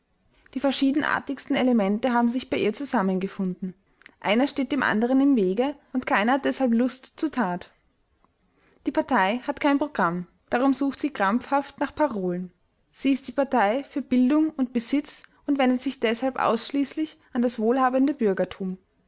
die verschiedenartigsten elemente haben sich bei ihr zusammengefunden einer steht dem anderen im wege und keiner hat deshalb lust zur tat die partei hat kein programm darum sucht sie krampfhaft nach parolen sie ist die partei für bildung und besitz und wendet sich deshalb ausschließlich an das wohlhabende bürgertum